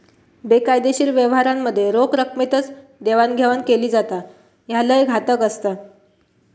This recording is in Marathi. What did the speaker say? बेकायदेशीर व्यवहारांमध्ये रोख रकमेतच देवाणघेवाण केली जाता, ह्या लय घातक असता